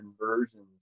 inversions